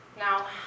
Now